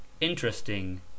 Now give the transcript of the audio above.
interesting